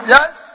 Yes